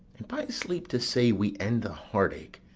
and by a sleep to say we end the heartache,